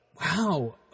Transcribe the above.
Wow